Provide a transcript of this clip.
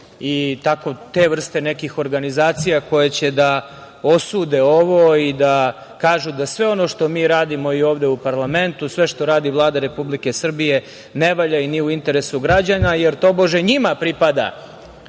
i tako te vrste nekih organizacija, koje će da osude ovo i da kažu da sve ono što mi radimo i ovde u parlamentu, sve što radi Vlada Republike Srbije ne valja i nije u interesu građana, jer tobože, njima pripada